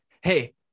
hey